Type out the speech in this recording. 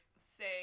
say